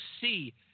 see